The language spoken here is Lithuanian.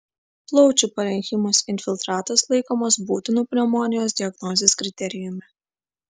plaučių parenchimos infiltratas laikomas būtinu pneumonijos diagnozės kriterijumi